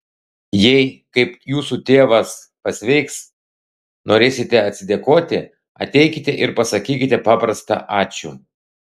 jei kaip jūsų tėvas pasveiks norėsite atsidėkoti ateikite ir pasakykite paprastą ačiū